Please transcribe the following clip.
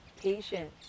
patience